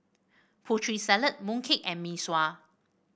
Putri Salad mooncake and Mee Sua